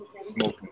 Smoking